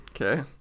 Okay